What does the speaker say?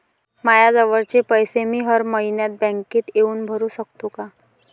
मायाजवळचे पैसे मी हर मइन्यात बँकेत येऊन भरू सकतो का?